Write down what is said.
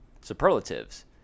superlatives